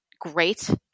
great